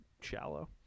shallow